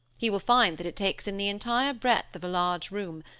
he will find that it takes in the entire breadth of a large room,